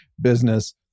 business